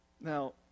Now